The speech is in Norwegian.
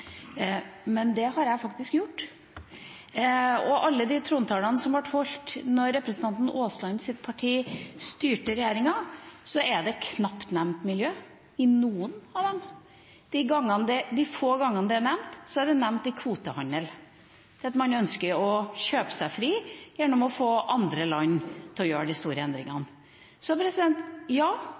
men det har faktisk jeg gjort. Når det gjelder alle de trontalene som ble holdt da representanten Aaslands parti satt i regjering, er miljø knapt nevnt i noen av dem. De få gangene det er nevnt, er i forbindelse med kvotehandel, at man ønsker å kjøpe seg fri gjennom å få andre land til å gjøre de store endringene. Så ja,